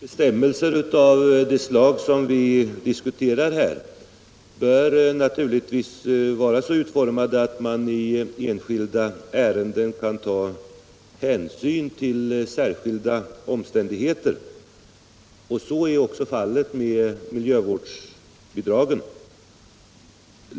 Herr talman! Bestämmelser av det slag som vi här diskuterar bör naturligtvis vara så utformade att man i enskilda ärenden kan ta hänsyn till särskilda omständigheter. Så är också fallet med miljövårdsbidragen.